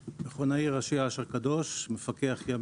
והנמלים.